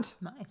Nice